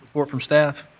report from staff?